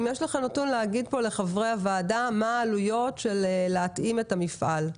יש לך נתון לתת לחברי הוועדה לגבי העלויות של התאמת המפעל?